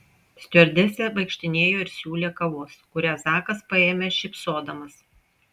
stiuardesė vaikštinėjo ir siūlė kavos kurią zakas paėmė šypsodamas